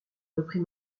reprit